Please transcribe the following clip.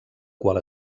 qual